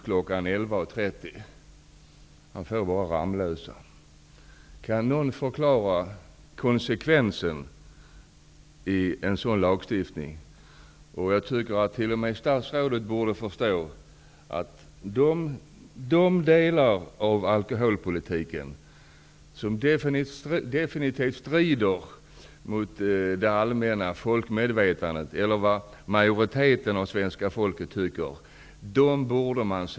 11.30 kan bara få en Ramlösa. Kan någon förklara konsekvensen i en sådan lagstiftning? Jag tycker att statsrådet borde förstå att de delar av alkoholpolitiken som definitivt strider mot det allmänna folkmedvetandet, dvs. vad majoriteten av svenska folket tycker, borde ändras.